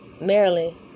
Maryland